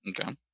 okay